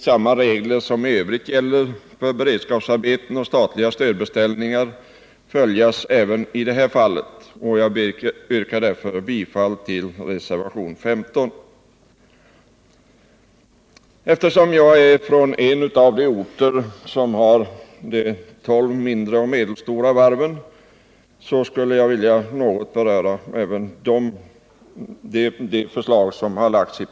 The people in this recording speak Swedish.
Samma regler som i övrigt gäller för beredskapsarbeten och statliga stödbeställningar bör således följas även i detta fall. Jag yrkar därför bifall till reservationen 15. Eftersom jag kommer från en av de orter som har ett av de tolv mindre och medelstora varven skulle jag vilja något beröra den del av propositionen som gäller dessa.